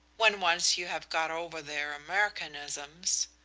when once you have got over their americanisms.